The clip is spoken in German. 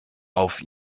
auf